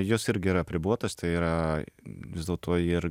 jos irgi yra apribotos tai yra vis dėlto ir